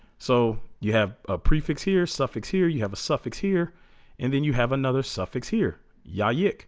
so you have a prefix here suffix here you have a suffix here and then you have another suffix here yaya